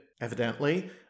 evidently